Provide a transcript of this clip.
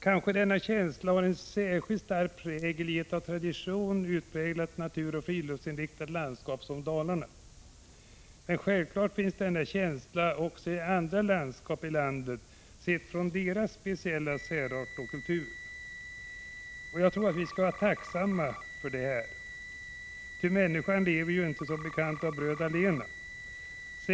Kanske denna känsla har särskilt stor betydelse i ett av tradition så utpräglat naturoch friluftsinriktat landskap som Dalarna, men självklart finns den också i andra landskap utifrån deras speciella särart och kultur. Och det skall vi vara tacksamma för. Människan lever som bekant inte av bröd allena.